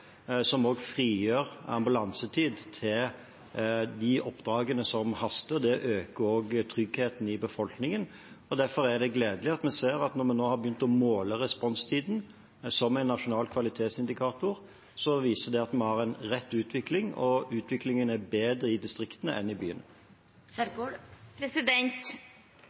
som frigjør ambulansetid til de oppdragene som haster, og det øker tryggheten i befolkningen. Derfor er det gledelig at når vi nå har begynt å måle responstiden som en nasjonal kvalitetsindikator, viser det at vi har en rett utvikling, og utviklingen er bedre i distriktene enn i byene. Det åpnes for oppfølgingsspørsmål – først Ingvild Kjerkol.